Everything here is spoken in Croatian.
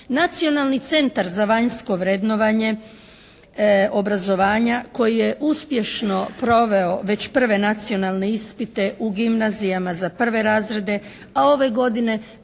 Nacionalni centar za vanjsko vrednovanje obrazovanja koji je uspješno proveo već prve nacionalne ispite u gimnazijama za prve razrede a ove godine